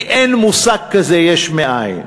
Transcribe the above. כי אין מושג כזה יש מאין,